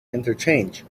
interchange